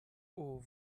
aux